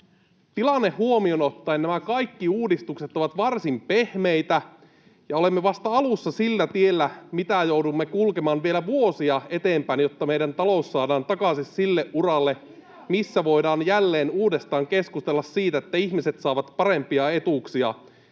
Tilanne huomioon ottaen nämä kaikki uudistukset ovat varsin pehmeitä ja olemme vasta alussa sillä tiellä, mitä joudumme kulkemaan vielä vuosia eteenpäin, jotta meidän talous saadaan takaisin sille uralle, [Krista Kiuru: Ai, lisää on tulossa?] missä voidaan jälleen uudestaan keskustella siitä, että ihmiset saavat parempia etuuksia